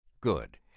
Good